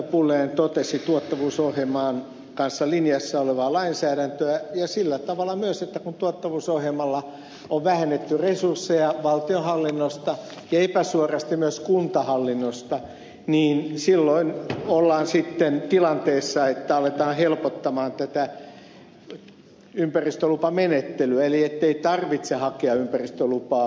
pulliainen totesi tuottavuusohjelman kanssa linjassa olevaa lainsäädäntöä ja sillä tavalla myös että kun tuottavuusohjelmalla on vähennetty resursseja valtionhallinnosta ja epäsuorasti myös kuntahallinnosta niin silloin ollaan sitten tilanteessa että aletaan helpottaa tätä ympäristölupamenettelyä eli ei tarvitse hakea ympäristölupaa